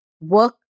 work